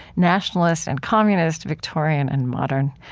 nationalist and communist, victorian and modern.